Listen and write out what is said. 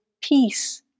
peace